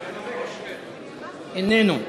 איננו.